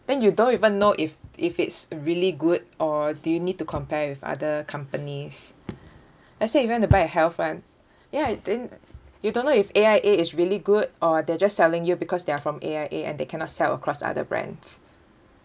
then you don't even know if if it's really good or do you need to compare with other companies let's say if you want to buy a health one ya it didn't you don't know if A_I_A is really good or they're just selling you because they are from A_I_A and they cannot sell across other brands